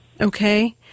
Okay